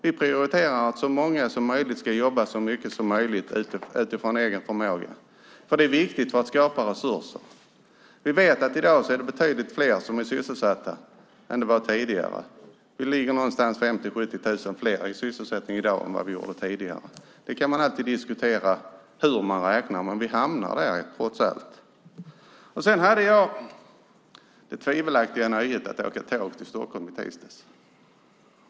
Vi prioriterar att så många som möjligt ska jobba så mycket som möjligt utifrån egen förmåga. Det är viktigt för att skapa resurser. Vi vet att det i dag är betydligt fler som är sysselsatta än det var tidigare. Vi ligger på någonstans runt 50 000-70 000 fler i sysselsättning i dag än vad vi gjorde tidigare. Man kan alltid diskutera hur man räknar, men vi hamnar vid de siffrorna trots allt. Jag hade det tvivelaktiga nöjet att åka tåg till Stockholm i tisdags.